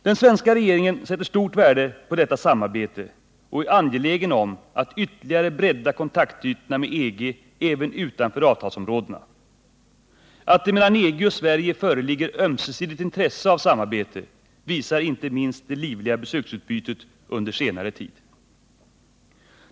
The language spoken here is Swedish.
Den svenska regeringen sätter stort värde på detta samarbete och är angelägen om att ytterligare bredda kontaktytorna mot EG även utanför avtalsområdena. Att det mellan EG och Sverige föreligger ömsesidigt intresse av samarbete visar inte minst det livliga besöksutbytet under senare tid.